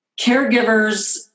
caregivers